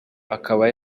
akaba